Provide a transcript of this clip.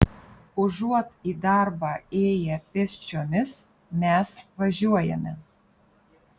užuot į darbą ėję pėsčiomis mes važiuojame